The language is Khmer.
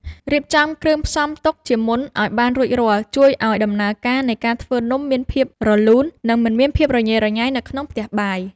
រៀបចំគ្រឿងផ្សំទុកជាមុនឱ្យបានរួចរាល់ជួយឱ្យដំណើរការនៃការធ្វើនំមានភាពរលូន និង មិនមានភាពរញ៉េរញ៉ៃនៅក្នុងផ្ទះបាយ។